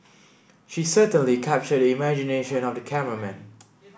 she certainly captured the imagination of the cameraman